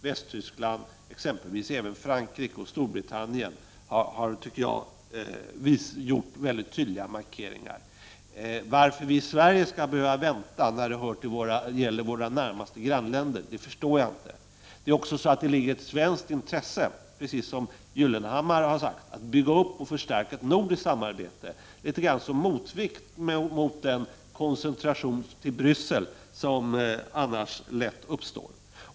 Västtyskland exempelvis och även Frankrike och Storbritannien tycker jag har gjort mycket tydliga markeringar. Varför vi i Sverige skall behöva vänta när det gäller våra närmaste grannländer förstår jag inte. Dessutom ligger det i svenskt intresse, precis som Pehr Gyllenhammar har sagt, att bygga upp och förstärka ett nordiskt samarbete, litet grand som motvikt mot den koncentration till Bryssel som annars lätt uppstår.